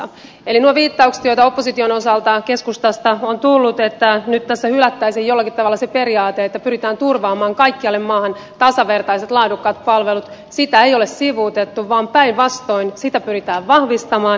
eli mitä tulee noihin viittauksiin joita opposition osalta keskustasta on tullut että nyt tässä hylättäisiin jollakin tavalla se periaate että pyritään turvaamaan kaikkialle maahan tasavertaiset laadukkaat palvelut niin sitä periaatetta ei ole sivuutettu vaan päinvastoin sitä pyritään vahvistamaan